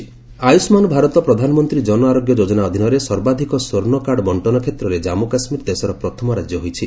J and K AB Ayushman Bharat ପ୍ରଧାନମନ୍ତ୍ରୀ କନଆରୋଗ୍ୟ ଯୋଜନା ଅଧୀନରେ ସର୍ବାଧିକ ସ୍ୱର୍ଷ୍ଣ କାର୍ଡ୍ ବଣ୍ଟନ କ୍ଷେତ୍ରରେ ଜାମ୍ମୁ କାଶ୍ମୀର ଦେଶର ପ୍ରଥମ ରାଜ୍ୟ ହୋଇଛି